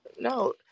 No